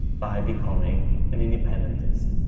by becoming an independentist.